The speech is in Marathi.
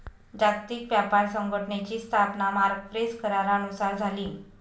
जागतिक व्यापार संघटनेची स्थापना मार्क्वेस करारानुसार झाली